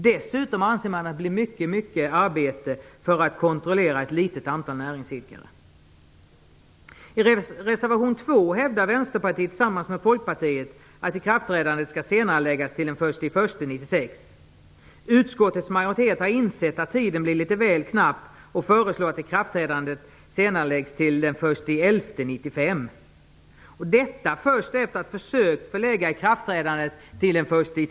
Dessutom blir det mycket arbete för att kontrollera ett litet antal näringsidkare. I reservation 2 yrkar Vänsterpartiet tillsammans med Folkpartiet att ikraftträdandet skall senareläggas till den 1 januari 1996. Utskottets majoritet har insett att tiden blir litet knapp, och föreslår att ikraftträdandet senareläggs till den 1 november 1995, detta efter att först ha försökt lägga ikraftträdandet till den 1 oktober.